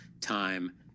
time